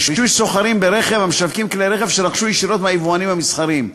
רישוי סוחרים ברכב המשווקים כלי רכב שרכשו ישירות מהיבואנים המסחריים,